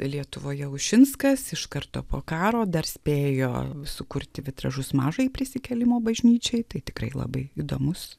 lietuvoje ušinskas iš karto po karo dar spėjo sukurti vitražus mažai prisikėlimo bažnyčiai tai tikrai labai įdomus